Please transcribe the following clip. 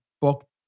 book